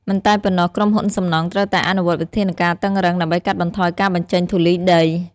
មិនតែប៉ុណ្ណោះក្រុមហ៊ុនសំណង់ត្រូវតែអនុវត្តវិធានការតឹងរ៉ឹងដើម្បីកាត់បន្ថយការបញ្ចេញធូលីដី។